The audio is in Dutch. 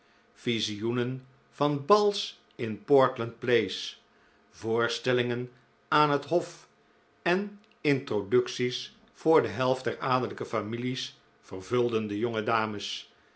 visioenen van bals in portland place voorstellingen aan het hof en introducties voor de helft der adellijke families vervulden de jonge dames